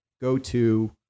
go-to